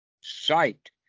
sight